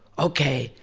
ok,